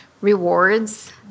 rewards